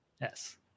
Yes